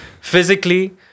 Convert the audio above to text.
physically